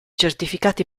certificati